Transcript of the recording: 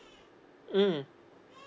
mm